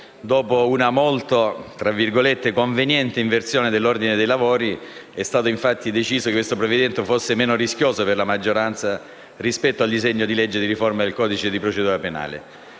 Dopo una molto "conveniente" inversione dell'ordine dei lavori, è stato infatti deciso che questo provvedimento fosse meno rischioso per la maggioranza rispetto al disegno di legge di riforma del codice di procedura penale.